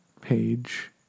page